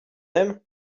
aime